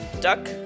duck